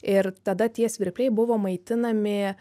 ir tada tie svirpliai buvo maitinami